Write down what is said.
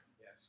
Yes